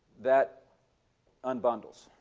that unbundles.